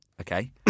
okay